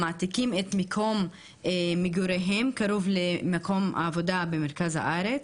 המעתיקים את מקום מגוריהם קרוב למקום העבודה במרכז הארץ.